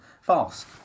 false